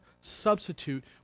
substitute